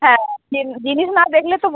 হ্যাঁ জিন জিনিস না দেখলে তো